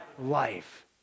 life